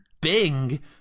Bing